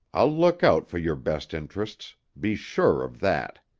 i'll look out for your best interests be sure of that.